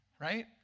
Right